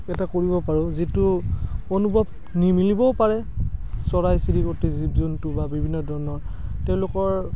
এটা কৰিব পাৰোঁ যিটো অনুভৱ নিমিলবও পাৰে চৰাই চিৰিকটি জীৱ জন্তু বা বিভিন্ন ধৰণৰ তেওঁলোকৰ